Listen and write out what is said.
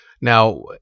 Now